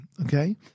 Okay